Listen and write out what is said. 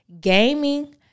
gaming